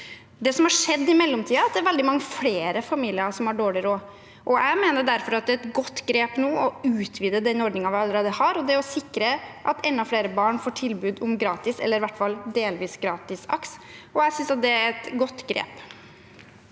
Det som har skjedd i mellomtiden, er at det er veldig mange flere familier som har dårlig råd. Jeg mener derfor at det er et godt grep nå å utvide den ordningen vi allerede har, og sikre at enda flere barn får tilbud om gratis eller i hvert fall delvis gratis AKS. Jeg synes det er et godt grep.